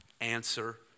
Answer